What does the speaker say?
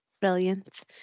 Brilliant